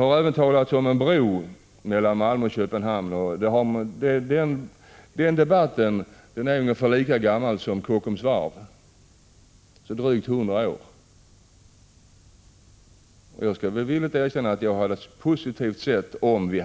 har även talats om en bro mellan Malmö och Köpenhamn, och den debatten är ungefär lika gammal som Kockums varv — alltså drygt 100 år. Jag skall villigt erkänna att jag har sett positivt på planerna på en bro mellan — Prot.